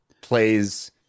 plays